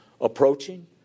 approaching